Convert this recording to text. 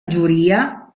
giuria